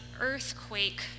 earthquake